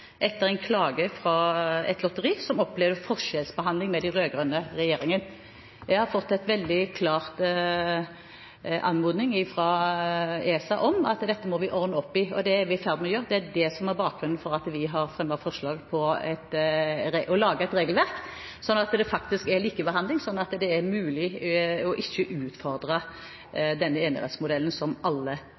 veldig klar anmodning fra ESA om at dette må vi ordne opp i, og det er vi i ferd med å gjøre. Det er det som er bakgrunnen for at vi har fremmet forslag om å lage et regelverk, slik at det faktisk er likebehandling, så det er mulig ikke å utfordre denne enerettsmodellen som alle